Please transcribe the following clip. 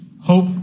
Hope